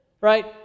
Right